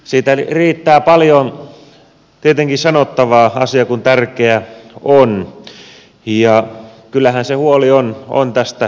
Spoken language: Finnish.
siitä riittää paljon tietenkin sanottavaa asia kun tärkeä on ja kyllähän se huoli on tästä ilmeinen